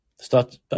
start